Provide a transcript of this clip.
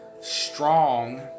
strong